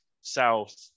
south